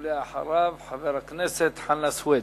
ולאחריו, חבר הכנסת חנא סוייד.